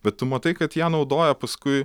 bet tu matai kad ją naudoja paskui